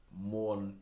more